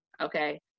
okay